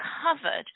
Covered